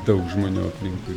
daug žmonių aplinkui